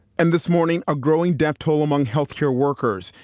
and this morning, a growing death toll among health care workers,